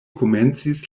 komencis